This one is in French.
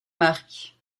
marc